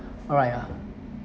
alright ah